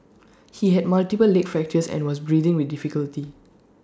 he had multiple leg fractures and was breathing with difficulty